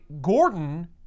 Gordon